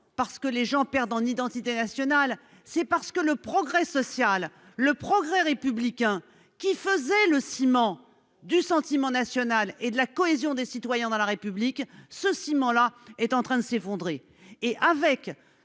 parce que les gens perdent en identité nationale, mais parce que le progrès social et le progrès républicain, qui faisaient le ciment du sentiment national et de la cohésion des citoyens dans la République, ne sont plus au rendez-vous. Avec